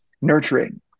nurturing